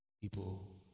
people